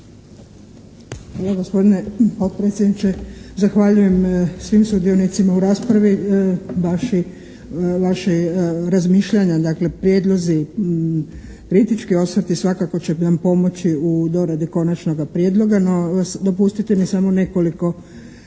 Hvala gospodine potpredsjedniče. Zahvaljujem svim sudionicima u raspravi. Vaša razmišljanja dakle prijedlozi, kritički osvrti svakako će nam pomoći u doradi konačnoga prijedloga. No dopustite mi samo nekoliko naznaka